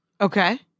Okay